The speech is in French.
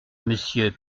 monsieur